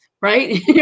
Right